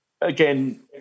Again